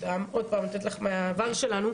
עוד פעם אני נותנת לך דוגמה מהעבר שלנו,